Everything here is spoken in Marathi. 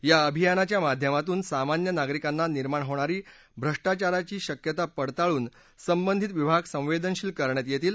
या अभियानाच्या माध्यमातून सामान्य नागरिकांना निर्माण होणारी भ्रष्टाचाराची शक्यता पडताळून संबंधित विभाग संवेदनशील करण्यात येतील